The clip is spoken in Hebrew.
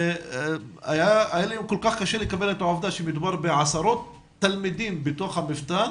היה לי כל כך קשה לקבל את העובדה שמדובר בעשרות תלמידים בתוך המפתן